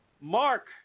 Mark